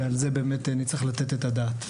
ועל זה באמת נצטרך לתת את הדעת.